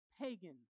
pagan